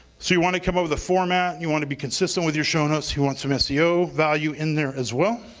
so you want to come up with a format, you want to be consistent with your show notes, you want some seo value in there as well.